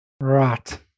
Right